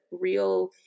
real